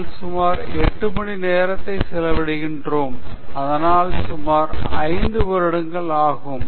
நாங்கள் சுமார் 8 மணிநேரத்தை செலவிடுகிறோம் அதனால் சுமார் 5 வருடங்கள் ஆகும்